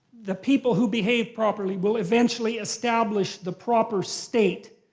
the people who behave properly will eventually establish the proper state.